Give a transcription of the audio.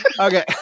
Okay